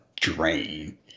drain